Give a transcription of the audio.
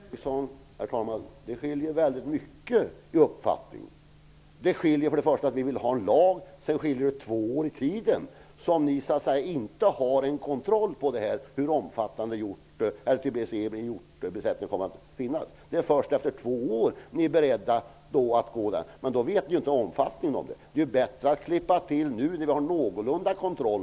Herr talman! Det skiljer mycket mellan våra uppfattningar, Ingvar Eriksson. För det första vill vi ha en lag. För det andra vill ni inte ha någon kontroll över hur stor omfattningen av tbc är bland hjortbesättningen. Ni är beredda att göra en utvärdering först efter två år. Då känner ni inte till omfattningen. Det är bättre att klippa till nu när det finns någorlunda kontroll.